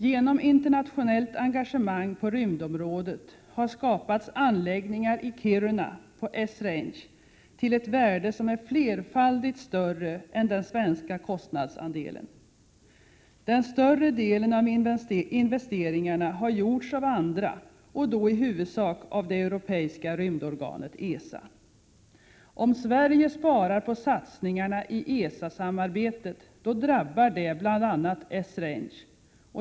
Genom internationellt engagemang på rymdområdet har det skapats anläggningar i Kiruna på Esrange till ett värde som är flerfaldigt större än den svenska kostnadsandelen. Den större delen av investeringarna har gjorts av andra — i huvudsak av det europeiska rymdorganet ESA. Om Sverige sparar på satsningar i ESA-samarbetet drabbar det bl.a. Esrange.